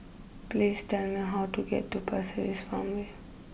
please tell me how to get to Pasir Ris Farmway